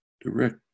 direct